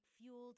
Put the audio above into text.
fueled